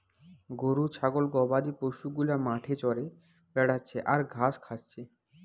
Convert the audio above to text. গরু ছাগল গবাদি পশু গুলা মাঠে চরে বেড়াচ্ছে আর ঘাস খাচ্ছে